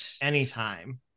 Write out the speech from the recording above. anytime